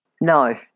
No